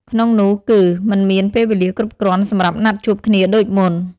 ក្នុងនោះគឺ មិនមានពេលវេលាគ្រប់គ្រាន់សម្រាប់ណាត់ជួបគ្នាដូចមុន។